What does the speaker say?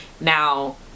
Now